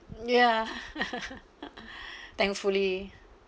ya thankfully